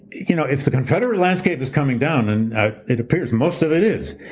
you know if the confederate landscape is coming down, and it appears most of it is,